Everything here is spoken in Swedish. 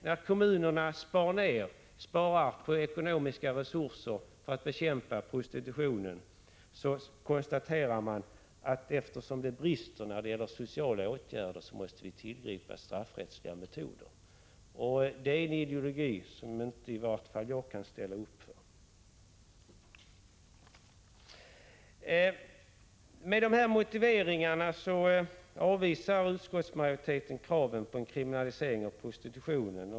När kommunerna sparar på ekonomiska resurser för att bekämpa prostitutionen konstaterar man att vi måste tillgripa straffrättsliga metoder eftersom det brister i sociala åtgärder. Det är en ideologi som i vart fall inte jag ställer upp för. Med dessa motiveringar avvisar utskottsmajoriteten kraven på en kriminalisering av prostitutionen.